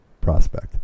prospect